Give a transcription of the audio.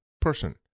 person